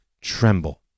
tremble